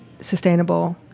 sustainable